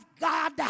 God